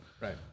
Right